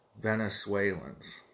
Venezuelans